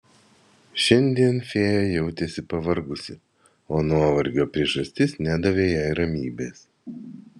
šiandien fėja jautėsi pavargusi o nuovargio priežastis nedavė jai ramybės